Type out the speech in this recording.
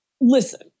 listen